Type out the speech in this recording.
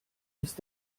ist